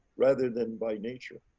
rather than by nature.